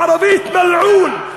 בערבית: מלעון.